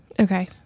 Okay